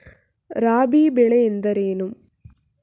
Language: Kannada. ರಾಬಿ ಬೆಳೆ ಎಂದರೇನು?